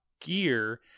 gear